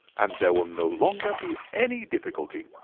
and there will no longer be any difficulty.